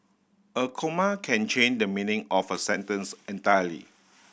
a comma can change the meaning of a sentence entirely